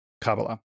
Kabbalah